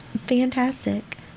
fantastic